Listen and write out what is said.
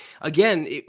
again